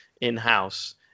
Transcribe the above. in-house